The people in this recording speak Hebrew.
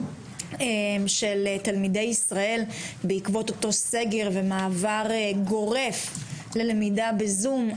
של תלמידי ישראל בעקבות אותו סגר ומעבר גורף ללמידה בזום.